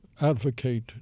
advocate